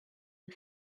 you